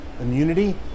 immunity